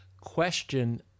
question